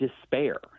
despair